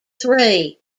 three